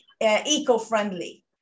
eco-friendly